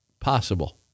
possible